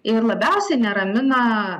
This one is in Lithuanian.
ir labiausiai neramina